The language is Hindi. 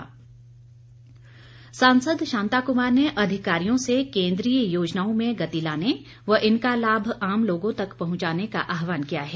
शांता कुमार सांसद शांता कुमार ने अधिकारियों से केन्द्रीय योजनाओं में गति लाने व इनका लाभ आम लोगों तक पहुंचाने का आहवान किया है